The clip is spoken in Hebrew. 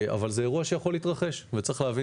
אבל זה אירוע שיכול להתרחש וצריך להבין